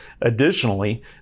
Additionally